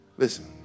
Listen